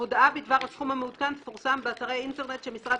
"הודעה בדבר הסכום המעודכן תפורסם באתרי האינטרנט של משרד